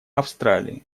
австралии